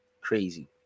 crazy